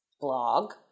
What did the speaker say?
blog